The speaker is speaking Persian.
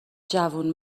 جوون